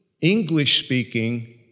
English-speaking